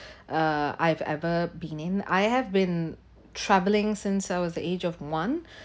uh I've ever been in I have been travelling since I was the age of one